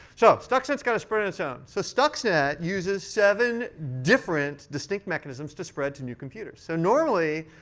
so stuxnet's got to spread on its own. so stuxnet uses seven different distinct mechanisms to spread to new computers. so normally,